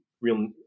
real